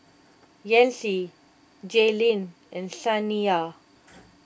Yancy Jaylyn and Saniya